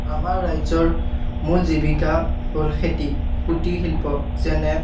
আমাৰ ৰাজ্যৰ মূল জীৱিকা হ'ল খেতি কুটীৰ শিল্প যেনে